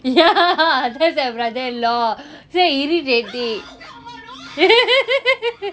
ya that's my brother-in-law so irritating